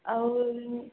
ଆଉ